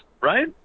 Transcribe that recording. right